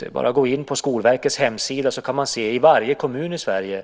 Det är bara att gå in på Skolverkets hemsida, så kan man se för varje kommun i Sverige